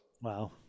Wow